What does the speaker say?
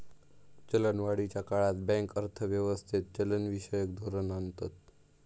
चलनवाढीच्या काळात बँक अर्थ व्यवस्थेत चलनविषयक धोरण आणतत